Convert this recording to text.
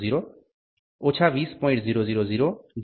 000 G4 00